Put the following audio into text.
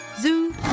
zoo